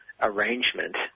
arrangement